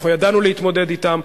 אנחנו ידענו להתמודד אתם.